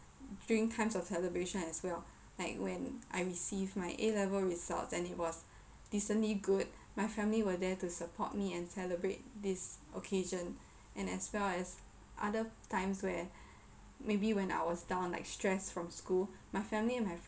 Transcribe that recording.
during times of celebrations as well like when I receive my A Level results and it was decently good my family were there to support me and celebrate this occasion and as well as other times where maybe when I was down like stressed from school my family and my